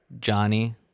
Johnny